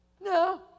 No